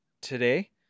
today